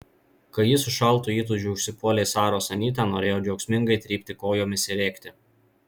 kai ji su šaltu įtūžiu užsipuolė saros anytą norėjau džiaugsmingai trypti kojomis ir rėkti